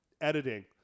Editing